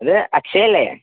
ഇത് അക്ഷയ അല്ലേ